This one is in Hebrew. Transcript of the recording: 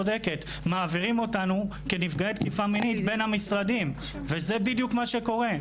מעבירים אותנו כנפגעי תקיפה מינית בין המשרדים וזה בדיוק מה שקורה.